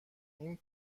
این